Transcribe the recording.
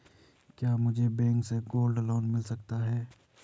क्या मुझे बैंक से गोल्ड लोंन मिल सकता है?